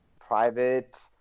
Private